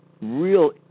real